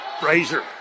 Frazier